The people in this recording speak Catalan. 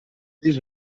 vés